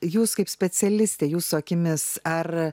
jūs kaip specialistė jūsų akimis ar